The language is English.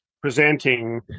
presenting